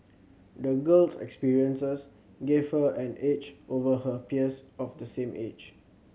the girl's experiences gave her an edge over her peers of the same age